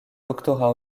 doctorat